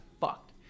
fucked